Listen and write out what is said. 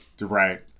Right